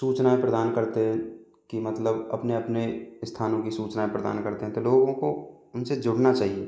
सूचना प्रदान करते हैं कि मतलब अपने अपने स्थानों की सूचना प्रदान करते हैं तो लोगों को उनसे जुड़ना चाहिए